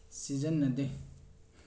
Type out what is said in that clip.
ꯁꯤꯖꯤꯟꯅꯗꯦ